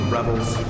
Rebels